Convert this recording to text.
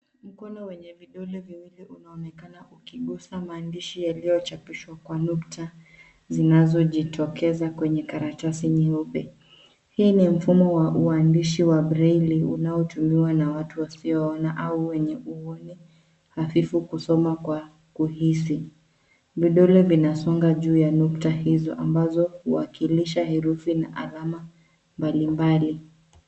Mkono wenye vidole viwili unaonekana ukigusa maandishi yaliyochapishwa kwa nukta zinazojitokeza kwenye karatasi nyeupe. Hii nimfumo wa uandishi wa braili unaotumiwa na watu wasioona au wenye uoni hafifu kusoma kwa kuhisi. Vidole vinasonga juu ya nukta hizo ambazo huwakilisha herufi na alama mbalimbali.